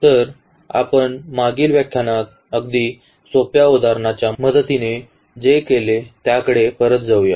तर आपण मागील व्याख्यानात अगदी सोप्या उदाहरणाच्या मदतीने जे केले त्याकडे परत जाऊया